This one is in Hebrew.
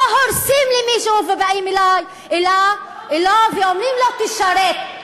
לא הורסים למישהו ובאים אליו ואומרים לו: תשרת.